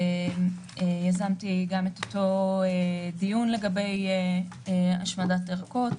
ויזמתי גם את אותו דיון לגבי השמדת ערכות,